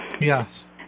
Yes